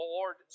Lord